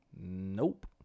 nope